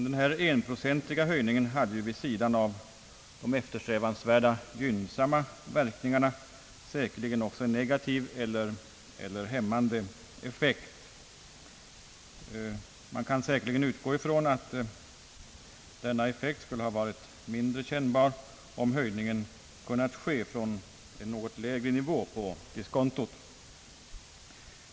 Den enprocentiga höjningen hade vid sidan av de eftersträvansvärda gynn samma verkningarna säkerligen också negativ eller hämmande effekt. Man kan utgå ifrån att denna effekt kunde ha varit mindre kännbar, om höjningen kunnat ske från en något lägre nivå på diskontot.